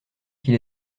qu’il